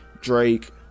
Drake